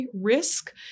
risk